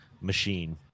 machine